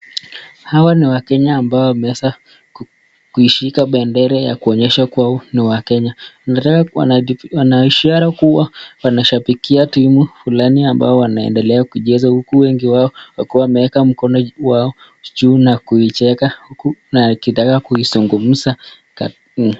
Hawa ni wakenya ambao wameweza kushika bendera ya Kenya kuonyesha kuwa hawa ni wakenya, wanaishara kuwa wanashabikia timu fulani ambao wanaendelea kucheza uku wengi wao wakiwa wameweka mkono yao juu na kucheka uku kuzungumza.